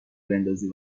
بندازی